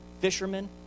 fishermen